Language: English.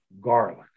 Garlic